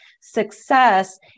success